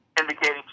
indicating